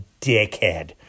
dickhead